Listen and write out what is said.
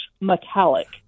Metallic